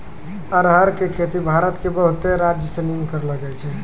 अरहर के खेती भारत मे बहुते राज्यसनी मे करलो जाय छै